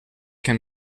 can